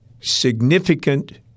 significant